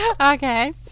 Okay